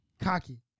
cocky